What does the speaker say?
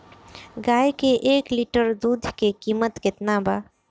गाय के एक लीटर दुध के कीमत केतना बा?